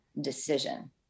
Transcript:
decision